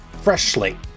Freshly